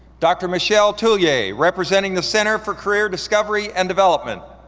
dr. michelle tullier, representing the center for career discovery and development.